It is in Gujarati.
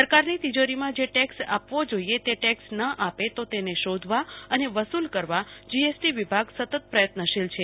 સરકારની તિજોરીમાં જે ટકસ આપવો જોઈએ તે ટેકસ ન આપે તો તેન શોધવા અને વસુલ કરવા અમારો જીએસટી વિભાગ સતત પ્રયત્નશીલ છે